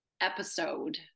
episode